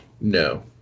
No